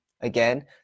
again